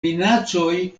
minacoj